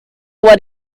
what